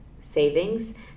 savings